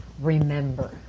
remember